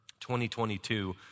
2022